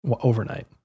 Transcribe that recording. overnight